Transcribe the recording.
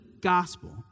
gospel